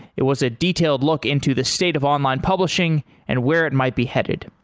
it was a detailed look into the state of online publishing and where it might be headed.